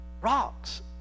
rocks